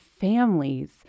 families